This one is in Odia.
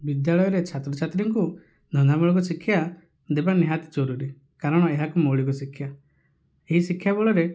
ବିଦ୍ୟାଳୟରେ ଛାତ୍ର ଛାତ୍ରୀଙ୍କୁ ଧନ୍ଦା ମୂଳକ ଶିକ୍ଷା ଦେବା ନିହାତି ଜରୁରୀ କାରଣ ଏହା ଏକ ମୌଳିକ ଶିକ୍ଷା ଏହି ଶିକ୍ଷା ବଳରେ